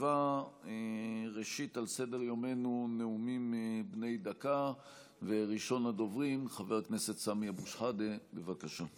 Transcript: שעה 16:02 תוכן העניינים נאומים בני דקה 4 סמי אבו שחאדה (הרשימה